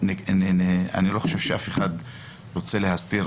אני לא חושב שמישהו רוצה להסתיר